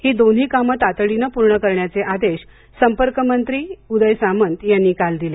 ही दोन्ही काम तातडीने पूर्ण करा असे आदेश संपर्क मंत्री उदय सामंत यांनी काल दिले